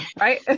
right